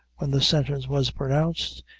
when the sentence was pronounced,